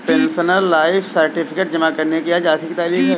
pensioner life certificate जमा करने की आज आखिरी तारीख है